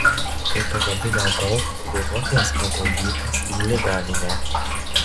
automobilio golf vairuotojas paguldytas į ligoninę